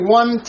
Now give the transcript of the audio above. one